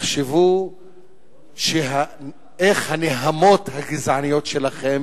תחשבו איך הנהמות הגזעניות שלכם